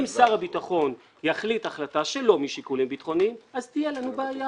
אם שר הביטחון יחליט החלטה שלא משיקולים ביטחוניים אז תהיה לנו בעיה